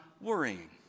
worrying